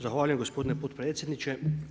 Zahvaljujem gospodine potpredsjedniče.